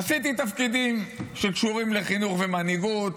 עשיתי תפקידים שקשורים לחינוך ולמנהיגות,